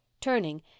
Turning